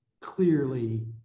clearly